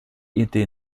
idee